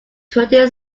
twenty